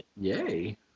Yay